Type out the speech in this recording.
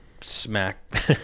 smack